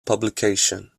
publication